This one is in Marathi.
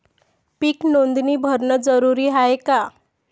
पीक नोंदनी भरनं जरूरी हाये का?